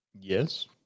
Yes